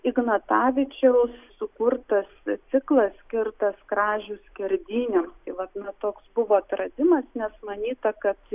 ignatavičiaus sukurtas ciklas skirtas kražių skerdynėm tai vat na toks buvo atradimas nes manyta kad